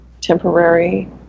temporary